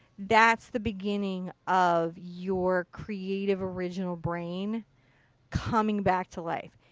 that's the beginning of your creative original brain coming back to life.